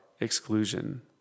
exclusion